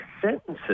sentences